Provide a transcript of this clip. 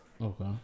Okay